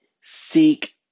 seek